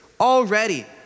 already